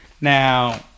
Now